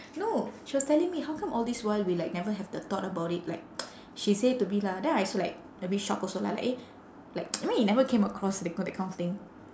no she was telling me how come all this while we like never have the thought about it like she say to me lah then I also like a bit shocked also lah like eh like I mean it never came across that k~ hat kind of thing